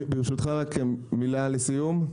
רק ברשותך מילה לסיום.